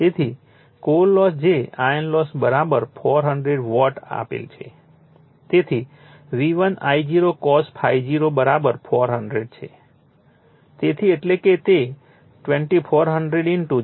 તેથી core loss જે iron loss 400 watt આપેલ છે તેથી V1 I0 cos ∅0 400 છે તેથી એટલે કે તે 2400 0